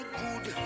good